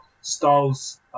styles